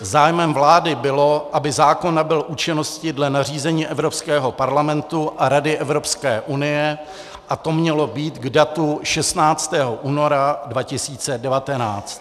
Zájmem vlády bylo, aby zákon nabyl účinnosti dle nařízení Evropského parlamentu a Rady Evropské unie, a to mělo být k datu 16. února 2019.